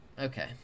okay